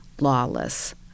lawless